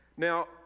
Now